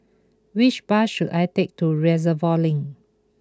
which bus should I take to Reservoir Link